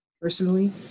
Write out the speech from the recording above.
personally